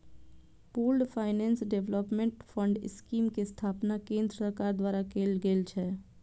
pooled finance development fund scheme के स्थापना केंद्र सरकार द्वारा कैल गेल छै